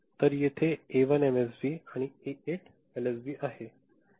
तर येथे A 1 MSB आहे आणि ए 8 एलएसबी आहे